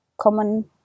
common